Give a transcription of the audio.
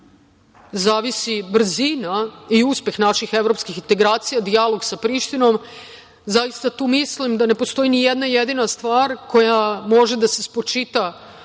zavisi brzina i uspeh naših evropskih integracija, dijalog sa Prištinom, zaista tu mislim da ne postoji ni jedna jedina stvar koja može da se spočita